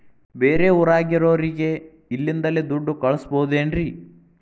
ಬೇರೆ ಊರಾಗಿರೋರಿಗೆ ಇಲ್ಲಿಂದಲೇ ದುಡ್ಡು ಕಳಿಸ್ಬೋದೇನ್ರಿ?